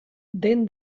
den